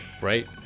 Right